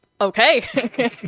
Okay